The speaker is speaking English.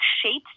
shapes